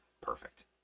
perfect